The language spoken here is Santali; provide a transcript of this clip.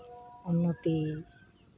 ᱩᱱᱱᱚᱛᱤ